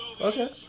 Okay